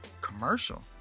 commercial